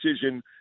decision